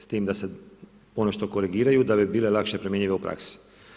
S time da se ono što korigiraju da bi bile lakše primjenjive u praksi.